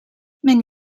mijn